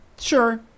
sure